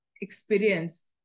experience